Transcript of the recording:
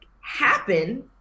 happen